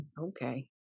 okay